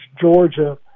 georgia